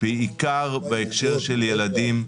בעיקר בהקשר של ילדים.